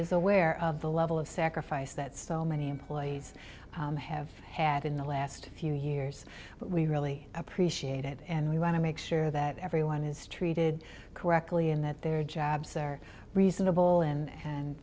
is aware of the level of sacrifice that so many employees have had in the last few years but we really appreciate it and we want to make sure that everyone is treated correctly and that their jobs are reasonable and